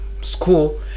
School